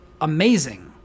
amazing